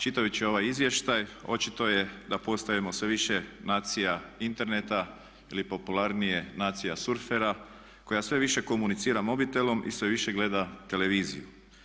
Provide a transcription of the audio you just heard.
Čitajući ovaj izvještaj očito je da postajemo sve više nacija interneta ili popularnije nacija surfera koja sve više komunicira mobitelom i sve više gleda televiziju.